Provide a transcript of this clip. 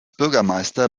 bürgermeister